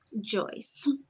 Joyce